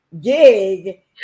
gig